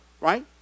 right